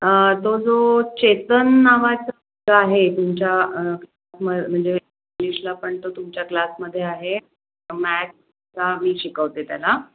तो जो चेतन नावाचा आहे तुमच्या मग म्हणजे इंग्लिशला पण तो तुमच्या क्लासमध्ये आहे मॅथ्सचा मी शिकवते त्याला